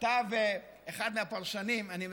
כתב אחד הפרשנים, אני מסיים,